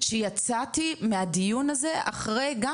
שיצאתי מהדיון הזה אחרי גם